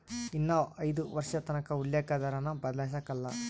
ಇನ್ನ ಐದು ವರ್ಷದತಕನ ಉಲ್ಲೇಕ ದರಾನ ಬದ್ಲಾಯ್ಸಕಲ್ಲ